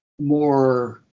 more